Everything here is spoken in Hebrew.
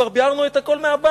כבר ביערנו את הכול מהבית.